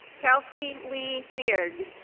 kelsey lee beard